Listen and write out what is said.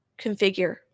configure